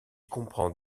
comprend